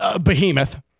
behemoth